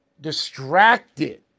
distracted